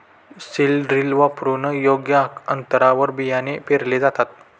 seed drill वापरून योग्य अंतरावर बियाणे पेरले जाते